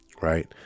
right